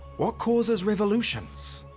what causes revolutions?